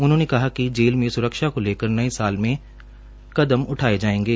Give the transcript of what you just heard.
उन्होंने कहा कि जेल में स्रक्षा को लेकर नए साल में कदम उठाए जाएंगे